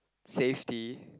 safety